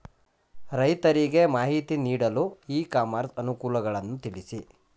ರೈತರಿಗೆ ಮಾಹಿತಿ ನೀಡಲು ಇ ಕಾಮರ್ಸ್ ಅನುಕೂಲಗಳನ್ನು ತಿಳಿಸಿ?